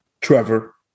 Trevor